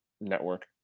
network